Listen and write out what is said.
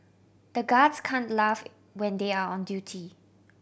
the guards can laugh when they are on duty